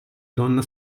donna